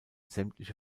sämtliche